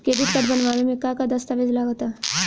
Credit card बनवावे म का का दस्तावेज लगा ता?